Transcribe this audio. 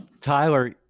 Tyler